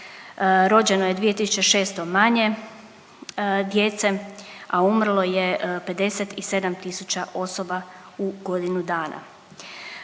Rođeno je 2600 manje djece, a umrlo je 57000 osoba u godinu dana.